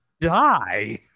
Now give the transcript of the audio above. die